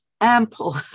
ample